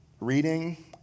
reading